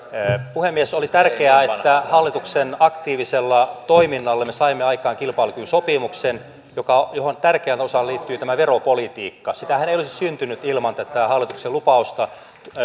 puhemies oli tärkeää että hallituksen aktiivisella toiminnalla me saimme aikaan kilpailukykysopimuksen johon tärkeänä osana liittyi veropolitiikka sitähän ei olisi syntynyt ilman tätä hallituksen lupausta